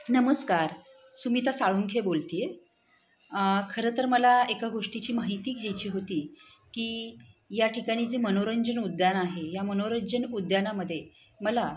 नमस्कार सुमिता साळुंखे बोलते आहे खरं तर मला एका गोष्टीची माहिती घ्यायची होती की या ठिकाणी जे मनोरंजन उद्यान आहे या मनोरंजन उद्यानामध्ये मला